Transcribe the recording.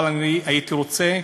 אבל אני הייתי רוצה,